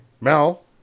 Mel